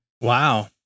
Wow